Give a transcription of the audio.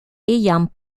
ayant